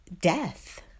death